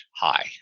high